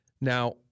Now